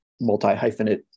multi-hyphenate